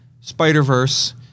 Spider-Verse